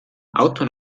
auto